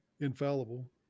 infallible